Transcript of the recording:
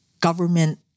government